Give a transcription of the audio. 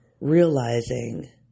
realizing